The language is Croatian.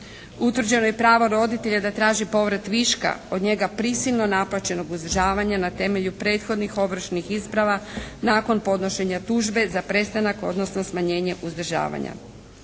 Utvrđeno je i pravo roditelja da traži povrat viška od njega prisilno naplaćenog uzdržavanja na temelju prethodnih ovršnih isprava nakon podnošenja tužbe za prestanak odnosno smanjenje uzdržavanja.